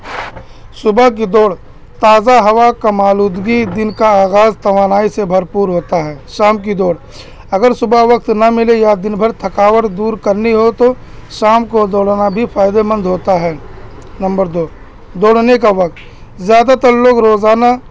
صبح کی دوڑ تازہ ہوا کا معلودگی دن کا آغاز توانائی سے بھرپور ہوتا ہے شام کی دوڑ اگر صبح وقت نہ ملے یا دن بھر تھکاوٹ دور کرنی ہو تو شام کو دوڑنا بھی فائدہ مند ہوتا ہے نمبر دو دوڑنے کا وقت زیادہ تر لوگ روزانہ